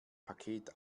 paket